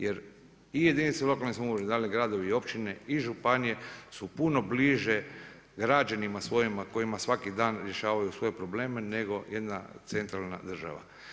Jer i jedinice lokalne samouprave, da li gradovi i općine i županije su puno bliže građanima svojima kojima svaki dan rješavaju svoje probleme nego jedna centralna država.